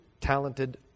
talented